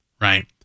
right